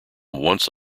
once